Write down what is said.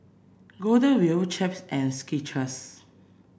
Golden Wheel Chaps and Skechers